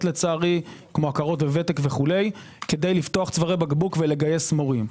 לצערי כמו הכרות בוותק וכו' כדי לפתוח צווארי בקבוק ולגייס מורים.